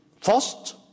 first